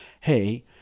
hey